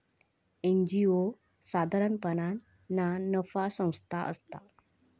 NGO साधारणपणान ना नफा संस्था असता